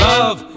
Love